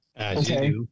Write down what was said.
Okay